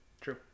true